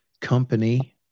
company